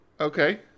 Okay